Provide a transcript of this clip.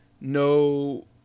no